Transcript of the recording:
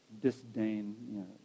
disdain